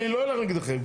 אני לא אלך נגדכם,